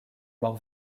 morts